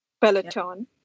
Peloton